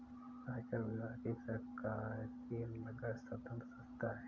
आयकर विभाग एक सरकारी मगर स्वतंत्र संस्था है